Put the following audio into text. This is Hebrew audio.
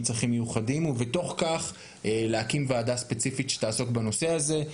צרכים מיוחדים ובתוך כך להקים ועדה ספציפית שתעסוק בנושא הזה.